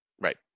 Right